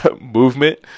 movement